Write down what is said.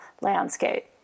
landscape